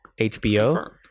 HBO